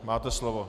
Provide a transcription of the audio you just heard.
Máte slovo.